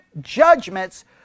judgments